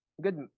good